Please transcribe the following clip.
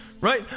right